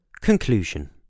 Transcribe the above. Conclusion